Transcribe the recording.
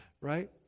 right